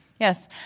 Yes